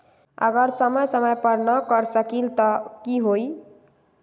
अगर समय समय पर न कर सकील त कि हुई?